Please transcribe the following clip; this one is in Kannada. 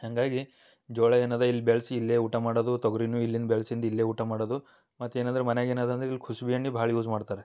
ಹಾಗಾಗಿ ಜೋಳ ಏನಿದೆ ಇಲ್ಲಿ ಬೆಳೆಸಿ ಇಲ್ಲೇ ಊಟ ಮಾಡೋದು ತೊಗ್ರಿಯೂ ಇಲ್ಲಿಂದ್ ಬೆಳ್ಸಿದ್ ಇಲ್ಲೇ ಊಟ ಮಾಡೋದು ಮತ್ತು ಏನಂದ್ರೆ ಮನೆಗೆ ಏನಿದೆ ಅಂದ್ರೆ ಇಲ್ಲಿ ಕುಸ್ಬೆ ಎಣ್ಣೆ ಭಾಳ ಯೂಸ್ ಮಾಡ್ತಾರೆ